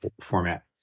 format